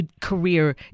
career